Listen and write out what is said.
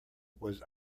was